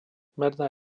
merná